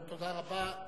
תודה רבה.